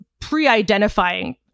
pre-identifying